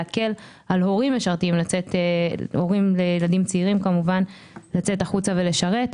להקל על הורים לילדים צעירים לצאת החוצה ולשרת.